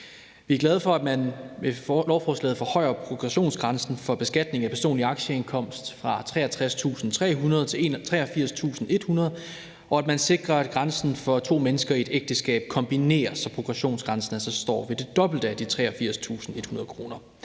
Vi er glade for, at man med lovforslaget forhøjer progressionsgrænsen for beskatning af personlig aktieindkomst fra 63.300 kr. til 83.100 kr., og at man sikrer, at grænsen for to mennesker i et ægteskab kombineres, så progressionsgrænsen altså står ved det dobbelte af de 83.100 kr.